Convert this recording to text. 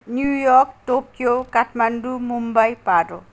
new York Tokyo Kathmandu Mumbai Peru